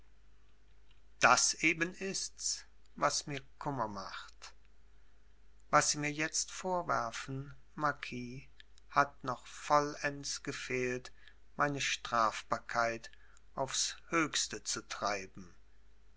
das eben ists was mir kummer macht was sie mir jetzt vorwerfen marquis hat noch vollends gefehlt meine strafbarkeit aufs höchste zu treiben